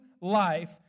life